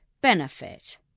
Benefit